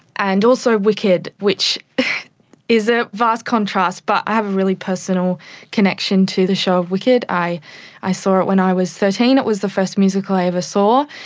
and also wicked which is a vast contrast but i have a really personal connection to the show wicked. i i saw it when i was thirteen, it was the first musical i ever saw,